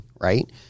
right